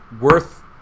worth